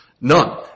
None